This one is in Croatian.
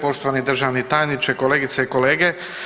Poštovani državni tajniče, kolegice i kolege.